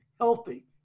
healthy